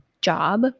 job